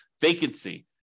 vacancy